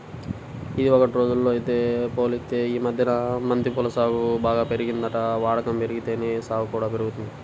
ఇదివరకటి రోజుల్తో పోలిత్తే యీ మద్దెన బంతి పూల సాగు బాగా పెరిగిందంట, వాడకం బెరిగితేనే సాగు కూడా పెరిగిద్ది